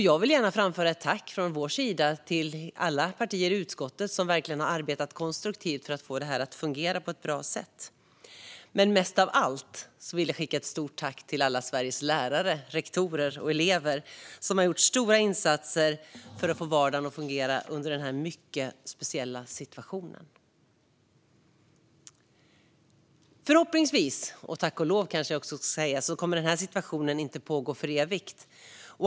Jag vill gärna framföra ett tack från vår sida till alla partier i utskottet som verkligen har arbetat konstruktivt för att få detta att fungera på ett bra sätt. Mest av allt vill jag dock skicka ett stort tack till alla Sveriges lärare, rektorer och elever som har gjort stora insatser för att få vardagen att fungera i denna mycket speciella situation. Förhoppningsvis - och tack och lov, kanske jag ska säga - kommer den här situationen inte att pågå för evigt.